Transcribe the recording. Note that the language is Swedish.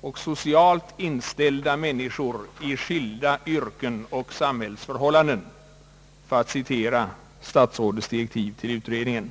och socialt inställda människor i skilda yrken och samhällsförhållanden», såsom det heter i statsrådets direktiv till utredningen.